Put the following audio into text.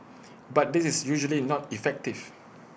but this is usually not effective